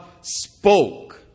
spoke